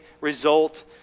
result